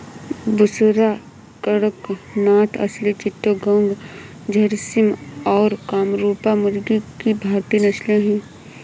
बुसरा, कड़कनाथ, असील चिट्टागोंग, झर्सिम और कामरूपा मुर्गी की भारतीय नस्लें हैं